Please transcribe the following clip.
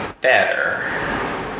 better